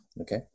Okay